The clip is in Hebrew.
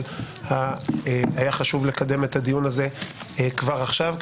אבל היה חשוב לקדם את הדיון הזה כבר עכשיו,